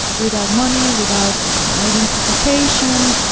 without money, without identification,